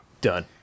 Done